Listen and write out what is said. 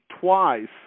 twice